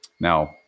Now